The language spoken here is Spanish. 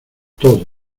todo